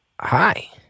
Hi